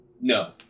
No